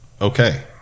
okay